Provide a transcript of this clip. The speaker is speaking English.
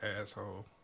asshole